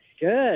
Good